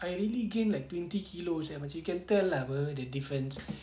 I really gain like twenty kilo sia macam you can tell lah [pe] the difference